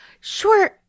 Sure